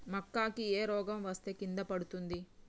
మక్కా కి ఏ రోగం వస్తే కింద పడుతుంది?